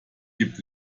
gibt